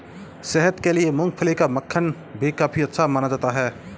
सेहत के लिए मूँगफली का मक्खन भी काफी अच्छा माना जाता है